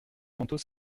tantôt